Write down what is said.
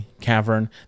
cavern